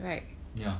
ya